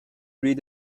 read